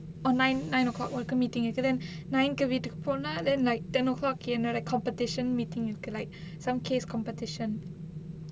or nine nine o'clock welcome meeting okay then nine கு வீட்டுக்கு போன:ku veettukku pona then like ten o'clock என்னோட:ennoda competition meeting இருக்கு:irukku like some case competition